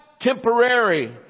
temporary